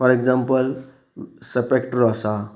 for example सपॅक्टरो आसा